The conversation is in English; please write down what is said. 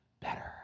better